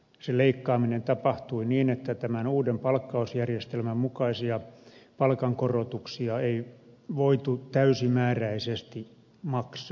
se leikkaaminen tapahtui niin että tämän uuden palkkausjärjestelmän mukaisia palkankorotuksia ei voitu täysimääräisesti maksaa